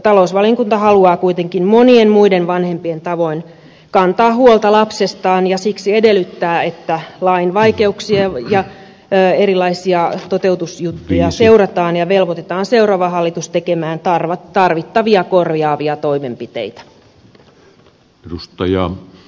talousvaliokunta haluaa kuitenkin monien muiden vanhempien tavoin kantaa huolta lapsestaan ja siksi edellyttää että lain vaikeuksia ja erilaisia toteutusjuttuja seurataan ja velvoitetaan seuraava hallitus tekemään tarvittavia korjaavia toimenpiteitä